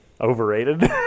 Overrated